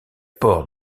port